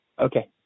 Okay